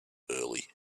early